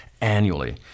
annually